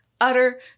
utter